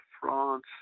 France